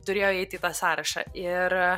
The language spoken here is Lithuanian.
turėjo įeit į tą sąrašą ir